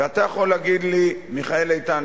ואתה יכול להגיד לי: מיכאל איתן,